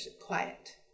quiet